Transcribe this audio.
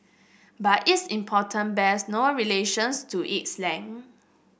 but its importance bears no relations to its length